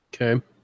Okay